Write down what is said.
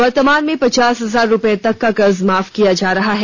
वर्तमान में पचास हजार रूपये तक का कर्ज माफ किया जा रहा है